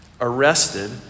arrested